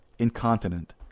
incontinent